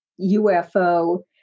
UFO